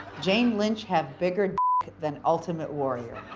jane lynch had bigger than ultimate warrior.